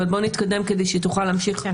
אבל בואו נתקדם כדי שהיא תוכל להמשיך.